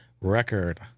record